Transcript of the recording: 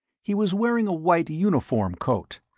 he was wearing a white uniform coat,